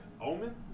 Omen